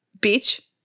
Beach